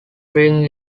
bring